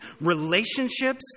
relationships